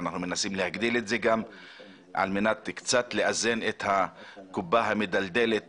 אנחנו מנסים להגדיל את זה כדי קצת לאזן את הקופה המידלדלת